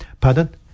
pardon